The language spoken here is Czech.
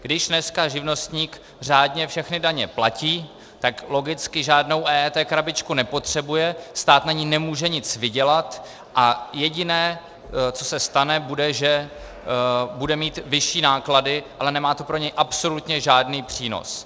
Když dnes živnostník řádně všechny daně platí, tak logicky žádnou EET krabičku nepotřebuje, stát na ní nemůže nic vydělat a jediné, co se stane, bude, že bude mít vyšší náklady, ale nemá to pro něj absolutně žádný přínos.